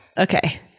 Okay